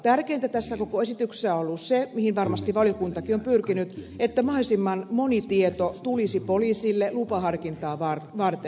tärkeintä tässä koko esityksessä on ollut se mihin varmasti valiokuntakin on pyrkinyt että mahdollisimman moni tieto tulisi poliisille lupaharkintaa varten